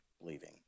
leaving